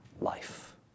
life